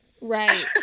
right